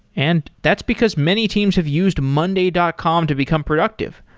and that's because many teams have used monday dot com to become productive.